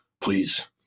please